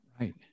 right